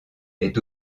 est